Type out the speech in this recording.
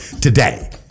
today